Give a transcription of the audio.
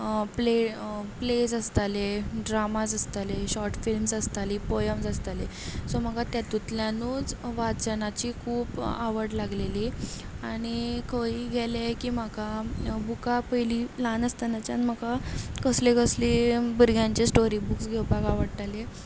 play plays आसताले dramas आसताले short films आसताली पोएम्स आसताली सो म्हाका तेतूंतल्यानूच वाचनाची खूब आवड लागलेली आनी खंयी गेलें की म्हाका बुकां पयलीं ल्हान आसतनाच्यान म्हाका कसली कसली भुरग्यांची स्टोरी बुक्स घेवपाक आवडटाली